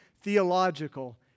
theological